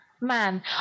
man